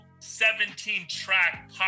17-track